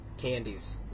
candies